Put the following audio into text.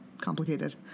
complicated